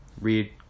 read